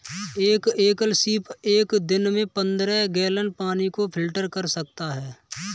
एक एकल सीप एक दिन में पन्द्रह गैलन पानी को फिल्टर कर सकता है